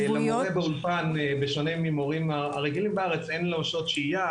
מורה באולפן בשונה ממורים הרגילים בארץ אין לו שעות שהיה,